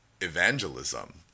evangelism